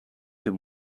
him